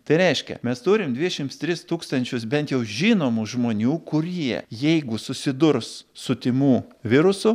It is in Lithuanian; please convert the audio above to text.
tai reiškia mes turim dvidešimt tris tūkstančius bent jau žinomų žmonių kurie jeigu susidurs su tymų virusu